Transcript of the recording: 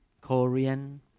Korean